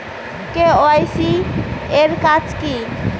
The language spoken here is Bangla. কে.ওয়াই.সি এর কাজ কি?